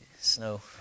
snow